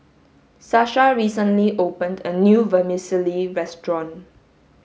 Sasha recently opened a new vermicelli restaurant